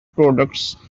products